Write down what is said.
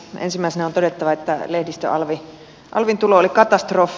ensimmäisenä on todettava että lehdistöalvin tulo oli katastrofi